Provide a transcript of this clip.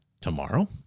tomorrow